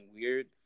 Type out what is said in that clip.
weird